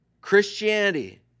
Christianity